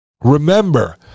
remember